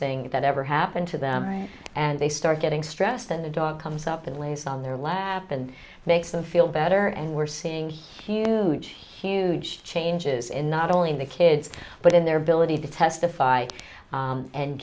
thing that ever happened to them and they start getting stressed and the dog comes up and lays on their lap and makes them feel better and we're seeing huge huge changes in not only in the kids but in their ability to testify